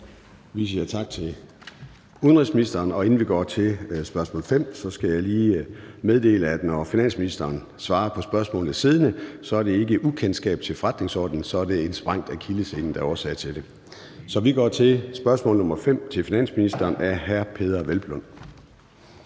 Vi siger tak til udenrigsministeren. Inden vi går til spørgsmål 5 skal jeg lige meddele, at når finansministeren svarer på spørgsmålet siddende, er det ikke af ukendskab til forretningsordenen. Så er det en sprængt akkillessene, der er årsagen til det. Så vi går til spørgsmål 5 til finansministeren af hr. Peder Hvelplund.